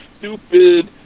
stupid